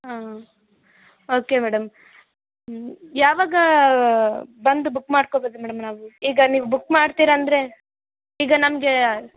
ಹಾ okay madam ಹ್ಞೂ ಯಾವಾಗ ಬಂದು ಬುಕ್ ಮಾಡ್ಕೋಬೇಕು ಮೇಡಮ್ ನಾವು ಈಗ ನೀವು ಬುಕ್ ಮಾಡ್ತೀರ ಅಂದರೆ ಈಗ ನಮಗೆ